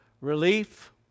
relief